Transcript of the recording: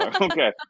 Okay